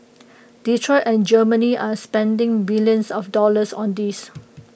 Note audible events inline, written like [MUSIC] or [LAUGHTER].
[NOISE] Detroit and Germany are spending billions of dollars on this